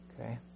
okay